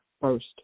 first